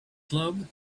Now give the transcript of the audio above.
club